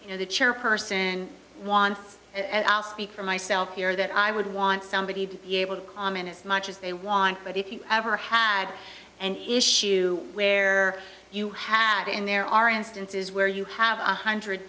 you know the chairperson one and i'll speak for myself here that i would want somebody to be able to comment as much as they want but if you ever had an issue where you had in there are instances where you have one hundred